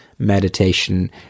Meditation